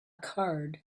card